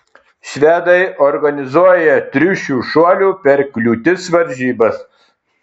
švedai organizuoja triušių šuolių per kliūtis varžybas